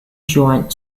joined